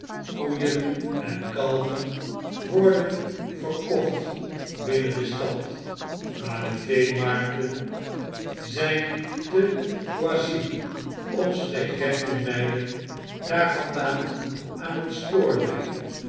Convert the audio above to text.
koeien en kalven worden verkocht binnen de stad maar de veemarkten zyn te poissy omstreeks dertien mglen daar vandaan aan een spoorlyn